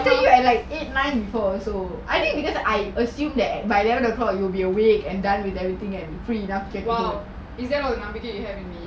I text you at like eight nine before also I think because I assume that by eleven o'clock you will be awake and done with everything and free enough